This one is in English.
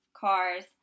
cars